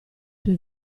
tue